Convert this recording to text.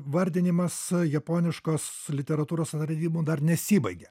vardinimas japoniškos literatūros atradimų dar nesibaigė